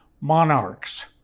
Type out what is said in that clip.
monarchs